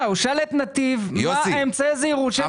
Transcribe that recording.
הוא שאל את נתיב מה אמצעי הזהירות שהם נוקטים.